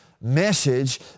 message